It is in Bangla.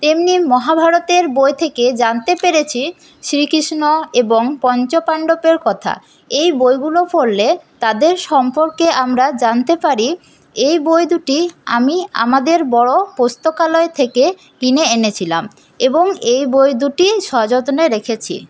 তেমনি মহাভারতের বই থেকে জানতে পেরেছি শ্রীকৃষ্ণ এবং পঞ্চ পাণ্ডবের কথা এই বইগুলো পড়লে তাদের সম্পর্কে আমরা জানতে পারি এই বই দুটি আমি আমাদের বড় পুস্তাকালয় থেকে কিনে এনেছিলাম এবং এই বই দুটি সযত্নে রেখেছি